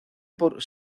por